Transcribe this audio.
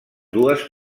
dues